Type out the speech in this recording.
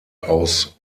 aus